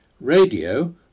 Radio